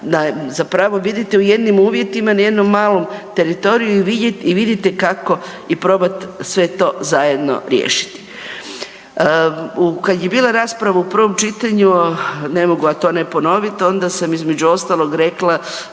zapravo vidite u jednim uvjetima na jednom malom teritoriju i vidite kako i probate sve to zajedno riješiti. Kad je bila rasprava u prvom čitanju ne mogu a to ne ponovit onda sam između ostalog rekla